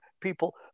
people